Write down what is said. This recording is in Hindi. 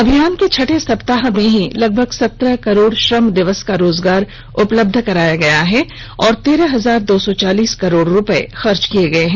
अभियान के छठे सप्ताह में ही लगभग सत्रह करोड़ श्रम दिवस का रोजगार उपलब्ध कराया गया है और तेरह हजार दो सौ चालीस करोड़ रुपये खर्च किये गये हैं